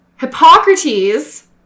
Hippocrates